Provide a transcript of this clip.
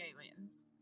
aliens